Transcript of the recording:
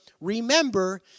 remember